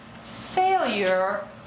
failure